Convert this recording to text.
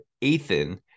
Ethan